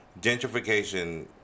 gentrification